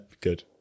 good